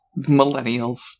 millennials